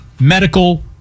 medical